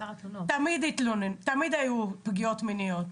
תמיד היו פגיעות מיניות,